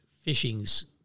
fishing's